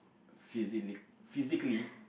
physillic~ physically